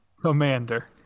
Commander